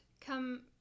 come